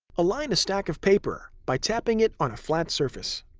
align a stack of paper by tapping it on a flat surface.